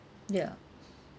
ya